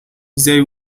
they